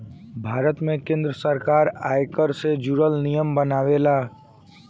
भारत में केंद्र सरकार आयकर से जुरल नियम बनावेला